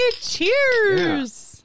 Cheers